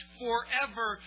forever